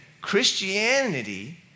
Christianity